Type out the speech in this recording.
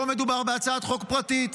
פה מדובר בהצעת חוק פרטית.